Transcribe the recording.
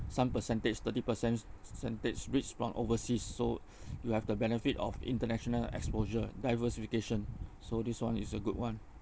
some percentage thirty percent percentage REITs from overseas so you have the benefit of international exposure diversification so this one is a good one